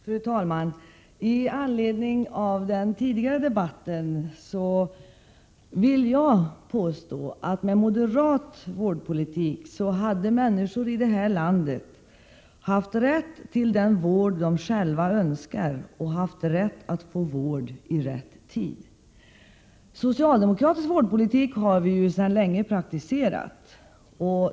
Fru talman! I anledning av den tidigare debatten vill jag påstå att med moderat vårdpolitik hade människor i det här landet haft rätt till den vård de själva önskar och också haft rätt att få vård vid rätt tidpunkt. Socialdemokratisk vårdpolitik har vi ju sedan länge praktiserat.